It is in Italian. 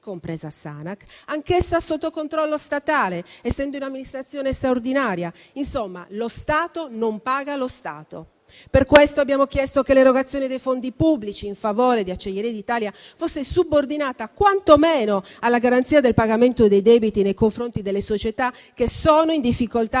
compresa Sanac, anch'essa sotto controllo statale essendo in amministrazione straordinaria. Insomma, lo Stato non paga lo Stato. Per questo abbiamo chiesto che l'erogazione dei fondi pubblici in favore di Acciaierie d'Italia fosse subordinata quantomeno alla garanzia del pagamento dei debiti nei confronti delle società che sono in difficoltà